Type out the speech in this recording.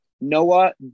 Noah